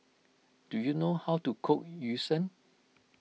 do you know how to cook Yu Sheng